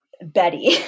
Betty